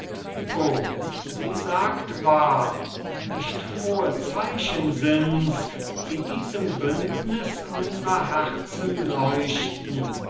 o sie sagt wahr nicht frohe zeichen sinds die diesem bündnis unsrer herzen leuchten